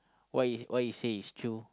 what he what he say is true